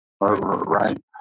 right